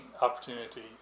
opportunity